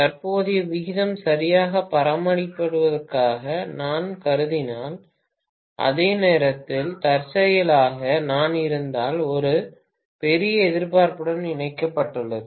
தற்போதைய விகிதம் சரியாக பராமரிக்கப்படுவதாக நான் கருதினால் அதே நேரத்தில் தற்செயலாக நான் இருந்தால் ஒரு பெரிய எதிர்ப்புடன் இணைக்கப்பட்டுள்ளது